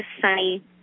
sunny